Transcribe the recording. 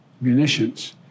munitions